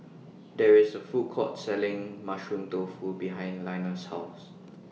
There IS A Food Court Selling Mushroom Tofu behind Linus' House